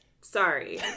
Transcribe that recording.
sorry